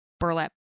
burlap